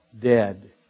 dead